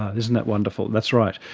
isn't that wonderful, that's right.